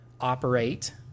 operate